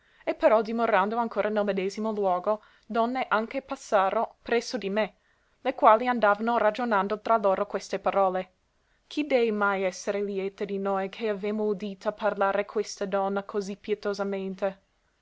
e però dimorando ancora nel medesimo luogo donne anche passaro presso di me le quali andavano ragionando tra loro queste parole chi dee mai essere lieta di noi che avemo udita parlare questa donna così pietosamente